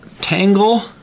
tangle